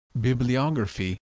Bibliography